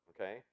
Okay